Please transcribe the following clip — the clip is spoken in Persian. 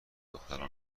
دختران